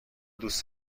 دوست